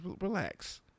relax